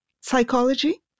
psychology